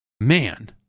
Man